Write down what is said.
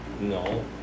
No